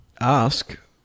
ask